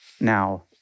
now